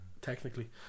technically